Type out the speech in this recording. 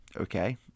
okay